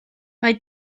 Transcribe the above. mae